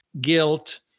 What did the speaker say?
guilt